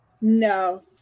No